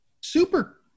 Super